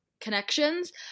connections